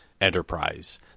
enterprise